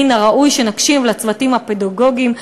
מן הראוי שנקשיב לצוותים הפדגוגיים,